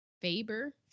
Faber